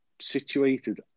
situated